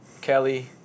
Kelly